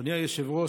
אדוני היושב-ראש,